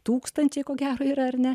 tūkstančiai ko gero yra ar ne